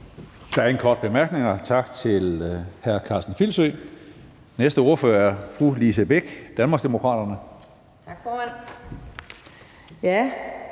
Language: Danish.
Der er ingen korte bemærkninger. Tak til hr. Karsten Filsø. Den næste ordfører er fru Lise Bech, Danmarksdemokraterne. Kl.